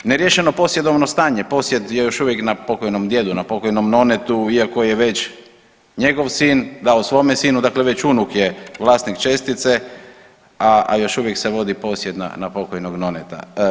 Neriješeno posjedovno stanje, posjed je još uvijek na pokojnom djedu, na pokojnom nonetu iako je već njegov sin dao svome sinu, dakle već unuk je vlasnik čestice, a još uvijek se vodi posjed na pokojnog noneta.